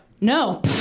No